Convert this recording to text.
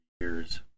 years